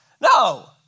No